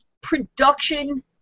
production